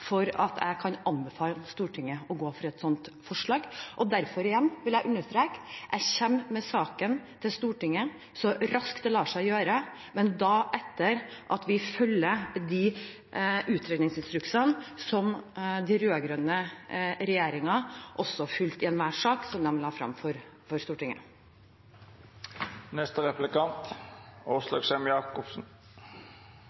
at jeg kan anbefale Stortinget å gå inn for et slikt forslag. Derfor vil jeg igjen understreke at jeg kommer med saken til Stortinget så raskt det lar seg gjøre, men da etter at vi har fulgt de utredningsinstruksene som den rød-grønne regjeringen også fulgte i enhver sak de la frem for